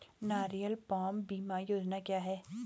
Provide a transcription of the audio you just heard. नारियल पाम बीमा योजना क्या है?